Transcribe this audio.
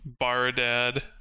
Baradad